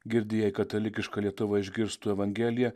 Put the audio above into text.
girdi jei katalikiška lietuva išgirstų evangeliją